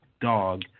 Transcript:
Dog